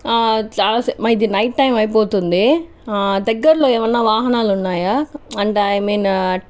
చాలాసేపు ఇది night time అయిపోతుంది దగ్గరలో ఏమైనా వాహనాలున్నాయా అంటే ఐ మీన్